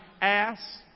ass